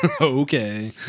okay